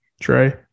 Trey